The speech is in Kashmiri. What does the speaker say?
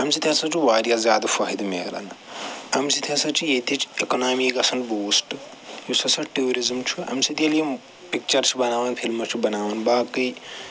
اَمہِ سۭتۍ ہَسا چھُ وارِیاہ زیادٕ فٲہدٕ مِلان اَمہِ سۭتۍ ہَسا چھِ ییٚتِچ اِکنامی گَژھان بوٗشٹ یُس ہَسا ٹوٗرِزٕم چھُ اَمہِ سۭتۍ ییٚلہِ یِم پکچر چھِ بناوان فِلمہٕ چھُ بناوان باقٕے